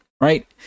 right